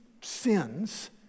sins